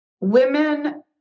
women